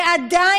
ועדיין,